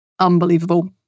Unbelievable